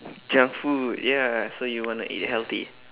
junk food ya so you want to eat healthy